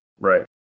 Right